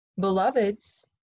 beloveds